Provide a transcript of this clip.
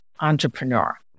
Entrepreneur